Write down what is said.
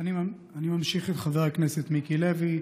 אני ממשיך את חבר הכנסת מיקי לוי.